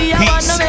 peace